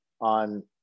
on